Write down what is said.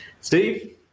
Steve